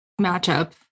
matchup